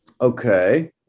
Okay